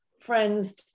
friends